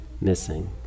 missing